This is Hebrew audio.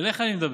אליך אני מדבר.